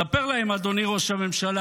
ספר להם, אדוני ראש הממשלה,